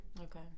Okay